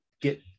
get